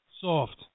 soft